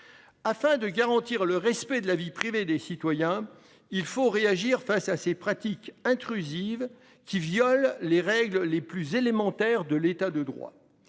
Afin de garantir le respect de la vie privée de nos citoyens, il faut réagir face à ces pratiques intrusives, qui violent les règles les plus élémentaires de l'État de droit.